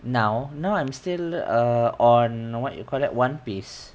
now now I'm still err on what you call that one piece